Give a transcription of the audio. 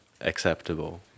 acceptable